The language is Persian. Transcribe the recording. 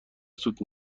سود